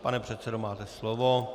Pane předsedo, máte slovo.